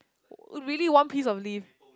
really one piece of leaf